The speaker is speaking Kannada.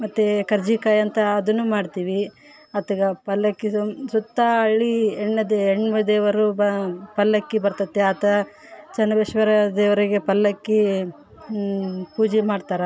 ಮತ್ತು ಕರ್ಜಿಕಾಯಿ ಅಂತ ಅದನು ಮಾಡ್ತೀವಿ ಆತಗೆ ಪಲ್ಲಕ್ಕಿದು ಸುತ್ತ ಹಳ್ಳಿ ಎಣ್ಣದೆ ಹೆಣ್ಣು ದೇವರು ಬಾ ಪಲ್ಲಕ್ಕಿ ಬರ್ತದೆ ಆತ ಚೆನ್ನಬಸ್ವೇಶ್ವರ ದೇವರಿಗೆ ಪಲ್ಲಕಿ ಪೂಜೆ ಮಾಡ್ತಾರೆ